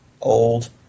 Old